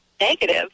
negative